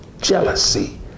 jealousy